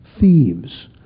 thieves